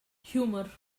humour